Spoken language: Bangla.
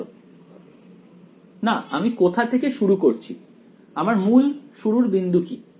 ছাত্র না আমি কোথা থেকে শুরু করছি আমার মূল শুরুর বিন্দু কি